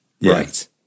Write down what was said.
Right